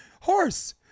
Horse